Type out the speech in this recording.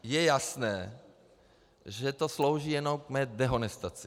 Je jasné, že to slouží jenom k mé dehonestaci.